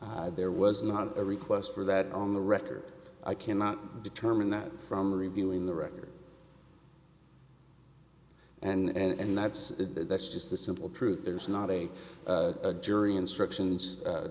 there was not a request for that on the record i cannot determine that from reviewing the record and that's the that's just the simple truth there's not a jury instructions